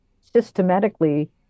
systematically